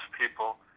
people